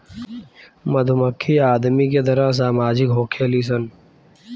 मधुमक्खी आदमी के तरह सामाजिक होखेली सन